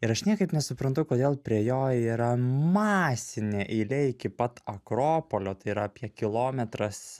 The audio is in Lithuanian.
ir aš niekaip nesuprantu kodėl prie jo yra masinė eilė iki pat akropolio tai yra apie kilometras